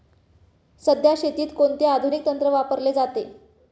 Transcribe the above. सध्या शेतीत कोणते आधुनिक तंत्र वापरले जाते?